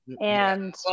And-